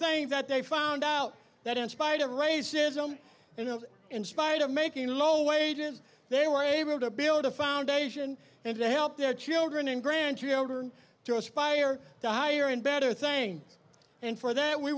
things that they found out that in spite of racism you know in spite of making low wages they were able to build a foundation and to help their children and grandchildren to aspire to higher and better thing and for that we